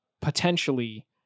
potentially